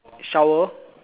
shower